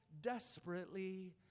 desperately